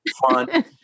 fun